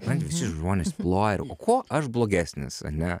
man visi žmonės ploja ir kuo aš blogesnis ane